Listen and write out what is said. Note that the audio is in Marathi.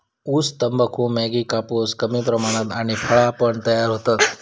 ऊस, तंबाखू, मॅगी, कापूस कमी प्रमाणात आणि फळा पण तयार होतत